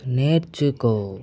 నేర్చుకో